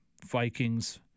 Vikings